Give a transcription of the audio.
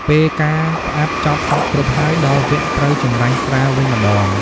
ពេលការផ្អាប់ចប់សព្វគ្រប់ហើយ ដល់វគ្គត្រូវចម្រាញ់ស្រាវិញម្ដង។